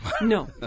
No